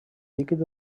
líquid